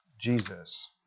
Jesus